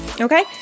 okay